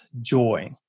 joy